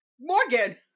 Morgan